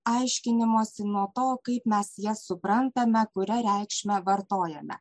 aiškinimosi nuo to kaip mes jas suprantame kuria reikšme vartojame